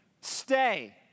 Stay